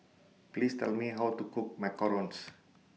Please Tell Me How to Cook Macarons